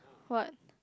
what